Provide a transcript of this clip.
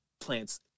plants